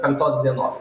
pektos dienos